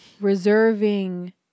reserving